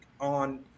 on